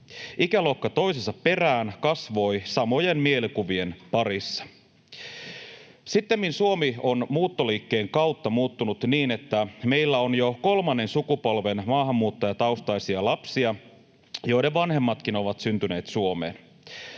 Ikäluokka toisensa perään kasvoi samojen mielikuvien parissa. Sittemmin Suomi on muuttoliikkeen kautta muuttunut niin, että meillä on jo kolmannen sukupolven maahanmuuttajataustaisia lapsia, joiden vanhemmatkin ovat syntyneet Suomeen.